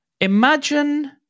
Imagine